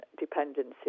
dependency